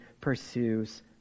pursues